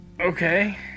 Okay